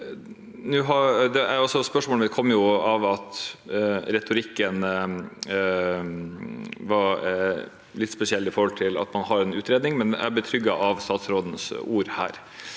Spørsmålet mitt kommer av at retorikken var litt spesiell i forhold til at man har en utredning, men jeg er betrygget av statsrådens ord her.